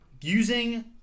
using